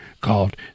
called